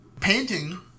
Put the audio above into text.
Painting